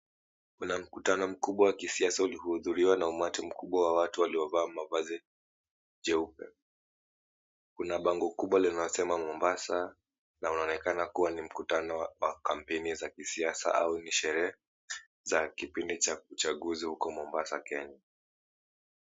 Kuna mkutano mkubwa wa kisiasa uliohudhuriwa na umati mkubwa wa watu waliovaa mavazi jeupe. Kuna bango kubwa linasema Mombasa na unaonekana kuwa ni mkutano wa kampeni za kisiasa ama ni sherehe za kipindi cha uchaguzi huko Mombasa Kenya.